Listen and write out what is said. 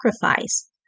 sacrifice